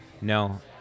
No